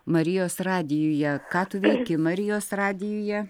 marijos radijuje ką tu veiki marijos radijuje